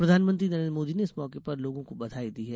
प्रधानमंत्री नरेन्द्र मोदी ने इस मौके पर लोगो को ॅबधाई दी है